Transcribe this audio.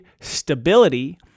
stability